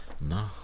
No